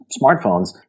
smartphones